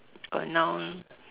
got a noun